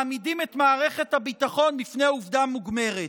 מעמידים את מערכת הביטחון בפני עובדה מוגמרת,